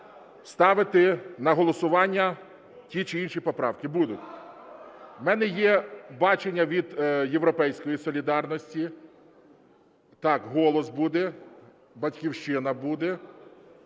ставити на голосування ті чи інші поправки? Будуть. У мене є бачення від "Європейської солідарності", так, "Голос" буде, "Батьківщина" буде,